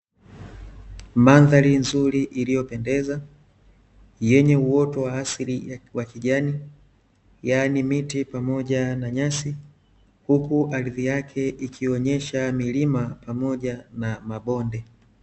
Mandhari nzuri iliyopendeza, yenye uoto wa asili wa kijani yaani miti pamoja na nyasi huku ardhi yake ikionyesha milima pamoja na mabonde.